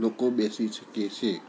લોકો બેસી શકે છે